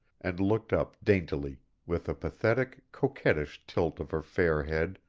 and looked up daintily, with a pathetic, coquettish tilt of her fair head,